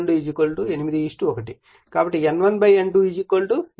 కాబట్టి N1 N2 8 1 K